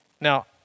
Now